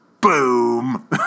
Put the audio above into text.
Boom